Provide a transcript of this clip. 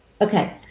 Okay